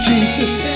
Jesus